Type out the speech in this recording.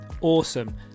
Awesome